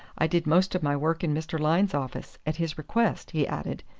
i did most of my work in mr. lyne's office at his request, he added.